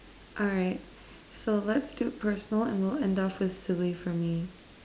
alright let's do personal and we'll end off with silly from me